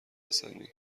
حسنی